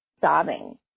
sobbing